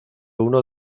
uno